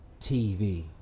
TV